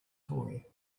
toy